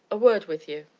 a word with you.